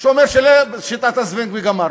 שאומר שלא תהיה שיטת ה"זבנג וגמרנו".